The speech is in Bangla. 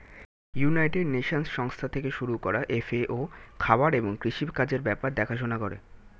ইউনাইটেড নেশনস সংস্থা থেকে শুরু করা এফ.এ.ও খাবার এবং কৃষি কাজের ব্যাপার দেখাশোনা করে